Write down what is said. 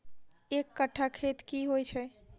एक कट्ठा खेत की होइ छै?